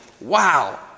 Wow